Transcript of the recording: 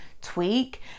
tweak